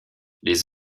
les